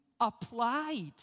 applied